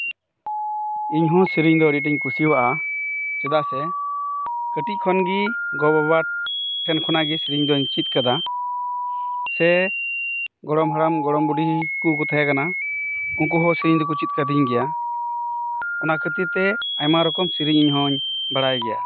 ᱤᱧ ᱦᱚᱸ ᱥᱮᱨᱮᱧ ᱫᱚ ᱟᱹᱰᱤ ᱟᱸᱴ ᱤᱧ ᱠᱩᱥᱤᱭᱟᱜᱼᱟ ᱪᱮᱫᱟᱜ ᱥᱮ ᱠᱟᱹᱴᱤᱡ ᱠᱷᱚᱱ ᱜᱮ ᱜᱚᱼᱵᱟᱵᱟ ᱴᱷᱮᱱ ᱠᱷᱚᱱᱟᱜ ᱜᱮ ᱥᱮᱨᱮᱧ ᱫᱚᱧ ᱪᱮᱫ ᱟᱠᱟᱫᱟ ᱥᱮ ᱜᱚᱲᱚᱢ ᱦᱟᱲᱟᱢ ᱜᱚᱲᱚᱢ ᱵᱩᱰᱷᱤᱠᱚ ᱠᱚ ᱛᱟᱦᱮᱸ ᱠᱟᱱᱟ ᱩᱱᱠᱩ ᱦᱚᱸ ᱥᱮᱨᱮᱧ ᱫᱚᱠᱚ ᱪᱮᱫ ᱠᱟᱣᱫᱤᱧ ᱜᱮᱭᱟ ᱚᱱᱟ ᱠᱷᱟᱹᱛᱤᱨ ᱛᱮ ᱟᱭᱢᱟ ᱨᱚᱠᱚᱢ ᱥᱮᱨᱮᱧ ᱤᱧ ᱦᱚᱸᱧ ᱵᱟᱲᱟᱭ ᱜᱮᱭᱟ